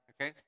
Okay